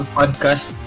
podcast